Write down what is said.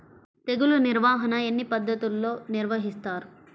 తెగులు నిర్వాహణ ఎన్ని పద్ధతుల్లో నిర్వహిస్తారు?